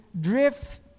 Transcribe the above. drift